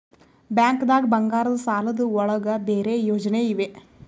ಬ್ಯಾಂಕ್ದಾಗ ಬಂಗಾರದ್ ಸಾಲದ್ ಒಳಗ್ ಬೇರೆ ಯೋಜನೆ ಇವೆ?